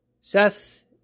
Seth